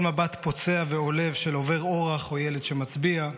כל מבט פוצע ועולב של עובר אורח או ילד שמצביע,